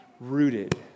rooted